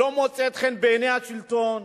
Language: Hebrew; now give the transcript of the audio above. שלא מוצאים חן בעיני השלטון.